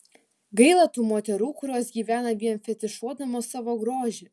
gaila tų moterų kurios gyvena vien fetišuodamos savo grožį